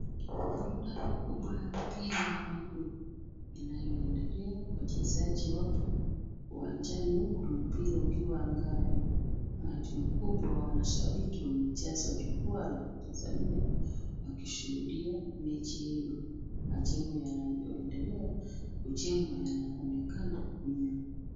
Burudani kubwa ya mpira wa miguu inayoendelea, wachezaji wapo uwanjani huku mpira ukiwa angani. Umati mkubwa wa mashabiki umejaza jukwaa la kutazamia, wakishuhudia mechi hiyo. Majengo yanayoendelea kujengwa yanaonekana nyuma.